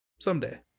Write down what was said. Someday